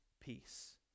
peace